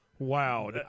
Wow